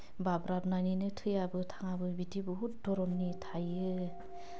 बाब्राबनानैनो थैयाबो थाङाबो बिदि बुहुद धरननि थायो